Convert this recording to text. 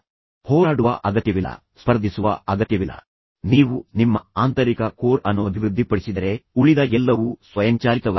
ನಾವು ಅವರನ್ನು ಆಟವಾಡುವಂತೆ ಮಾಡಬಹುದು ವಾಸ್ತವವಾಗಿ ಸಂಘರ್ಷ ಪರಿಹಾರದ ಆಟಗಳ ಬಗ್ಗೆ ಪುಸ್ತಕಗಳಿವೆ 100 200 ಆಟಗಳು